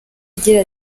agira